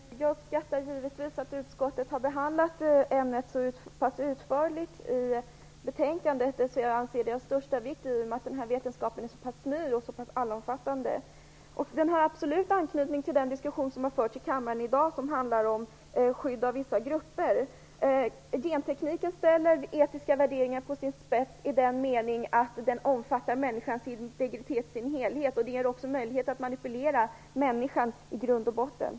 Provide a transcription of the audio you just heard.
Herr talman! Jag uppskattar givetvis att utskottet har behandlat ämnet så pass utförligt i betänkandet. Jag anser att det är av största vikt i och med att den här vetenskapen är så pass ny och allomfattande. Den har absolut anknytning till den diskussion som har förts här i kammaren i dag och som handlar om skydd av vissa grupper. Gentekniken ställer etiska värderingar på sin spets i den meningen att den omfattar människans integritet i sin helhet. Den ger också möjlighet att reglera människan i grund och botten.